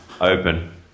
open